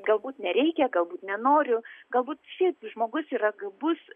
galbūt nereikia galbūt nenoriu galbūt šiaip žmogus yra gabus